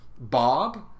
Bob